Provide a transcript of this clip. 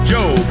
Joe